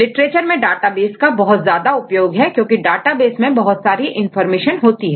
literature में database का बहुत ज्यादा उपयोग होता है क्योंकि डेटाबेस में बहुत सारी इनफार्मेशन होती है